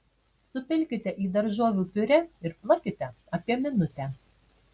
supilkite į daržovių piurė ir plakite apie minutę